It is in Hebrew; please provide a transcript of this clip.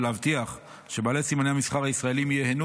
ולהבטיח שבעלי סימני המסחר הישראליים ייהנו